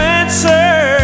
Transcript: answer